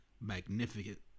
magnificent